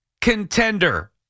contender